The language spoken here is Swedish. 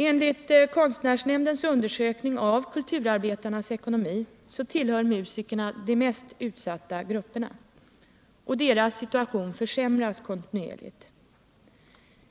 Enligt konstnärsnämndens undersökning av kulturarbetarnas ekonomi tillhör musikerna en av de mest utsatta grupperna, och deras situation försämras kontinuerligt.